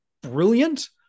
brilliant